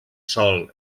sol